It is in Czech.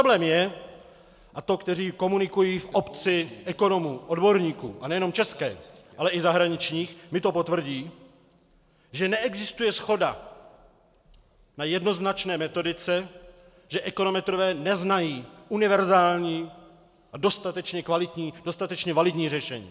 Problém je, a ti, kteří komunikují v obci ekonomů, odborníků a nejenom českých, ale i zahraničních, mi to potvrdí, že neexistuje shoda na jednoznačné metodice, že ekonometrové neznají univerzální, dostatečně kvalitní, dostatečně validní řešení.